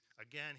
again